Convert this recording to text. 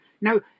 Now